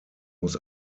muss